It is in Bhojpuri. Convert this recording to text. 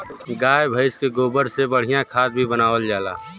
गाय भइस के गोबर से बढ़िया खाद भी बनावल जाला